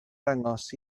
dangos